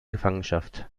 gefangenschaft